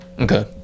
okay